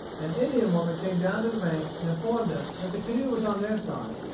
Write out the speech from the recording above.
an indian woman came down to the bank and informed them that the canoe was on their side,